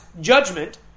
judgment